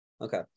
Okay